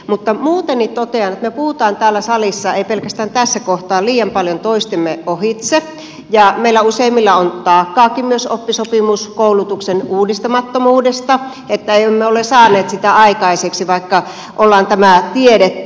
mutta muuten totean että me puhumme täällä salissa ei pelkästään tässä kohtaa liian paljon toistemme ohitse ja meillä useimmilla on taakkaakin myös oppisopimuskoulutuksen uudistamattomuudesta että emme ole saaneet sitä aikaiseksi vaikka on tämä tiedetty